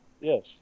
Yes